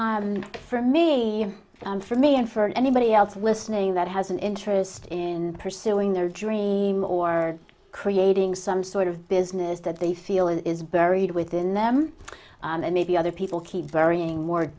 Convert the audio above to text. so for me for me and for anybody else listening that has an interest in pursuing their dream or creating some sort of business that they feel is buried within them and maybe other people keep varying more